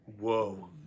Whoa